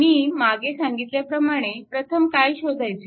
मी मागे सांगितल्याप्रमाणे प्रथम काय शोधायचे